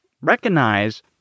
recognize